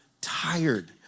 tired